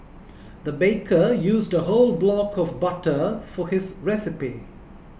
the baker used a whole block of butter for his recipe